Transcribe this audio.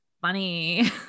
Funny